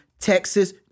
Texas